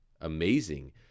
amazing